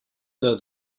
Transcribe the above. though